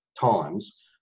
times